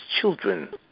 children